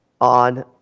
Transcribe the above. on